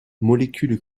molécule